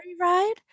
Ride